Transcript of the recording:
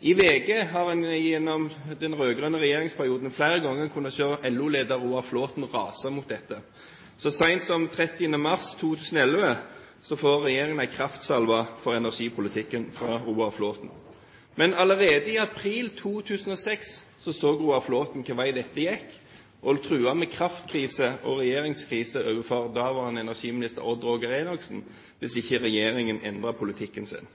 I VG har en gjennom den rød-grønne regjeringsperioden flere ganger kunnet se LO-leder Roar Flåthen rase mot dette. Så sent som 30. mars 2011 får regjeringen en kraftsalve for energipolitikken fra Roar Flåthen. Men allerede i april 2006 så Roar Flåthen hvilken vei dette gikk, og truet med kraftkrise og regjeringskrise overfor daværende Odd Roger Enoksen hvis ikke regjeringen endret politikken sin.